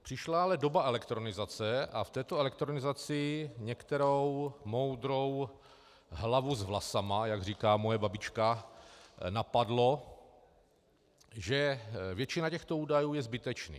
Přišla ale doba elektronizace a v této elektronizaci některou moudrou hlavu s vlasama, jak říká moje babička, napadlo, že většina těchto údajů je zbytečná.